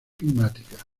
climáticas